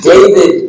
David